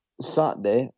Saturday